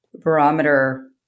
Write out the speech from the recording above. barometer